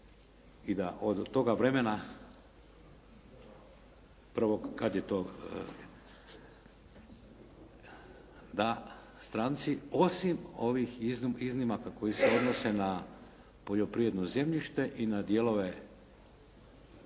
i da od toga vremena prvog kad je to, da stranci osim ovih iznimaka koji se odnose na poljoprivredno zemljište i na dijelove